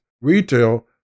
retail